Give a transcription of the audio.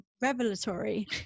revelatory